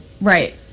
right